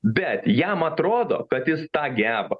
bet jam atrodo kad jis tą geba